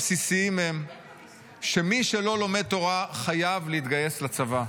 והעקרונות הבסיסים הם שמי שלא לומד תורה חייב להתגייס לצבא.